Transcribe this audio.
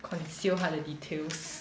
conceal 她的 details